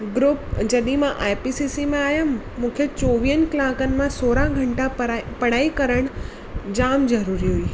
group जॾहिं मां IPCC मां आयमि मूंखे चोवीहनि कलाकनि मां सोरहां घंटा पराए पढ़ाई करण जाम जरूरी हुई